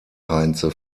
heinze